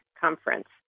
conference